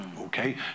okay